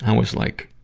um was like,